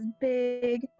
big